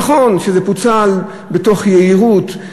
נכון שזה פוצל מתוך יהירות.